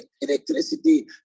electricity